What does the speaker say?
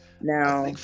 Now